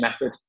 method